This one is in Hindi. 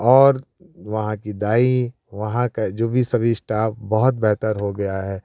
और वहाँ की दाई वहाँ का जो भी सभी स्टाफ बहुत बेहतर हो गया है